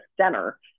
center